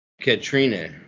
Katrina